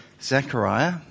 Zechariah